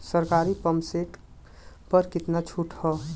सरकारी pump set प कितना छूट हैं?